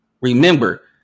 Remember